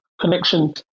connection